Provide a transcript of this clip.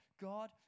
God